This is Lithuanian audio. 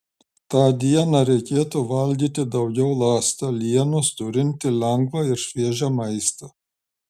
tą dieną reikėtų valgyti daugiau ląstelienos turintį lengvą ir šviežią maistą